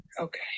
okay